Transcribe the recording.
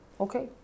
okay